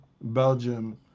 Belgium